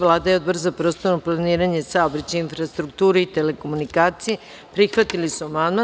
Vlada i Odbor za prostorno planiranje i saobraćaj, infrastrukturu i telekomunikacije prihvatili su amandman.